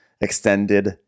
extended